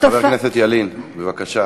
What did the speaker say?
חבר הכנסת ילין, בבקשה.